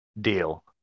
deal